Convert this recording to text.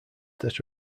that